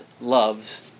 loves